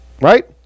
right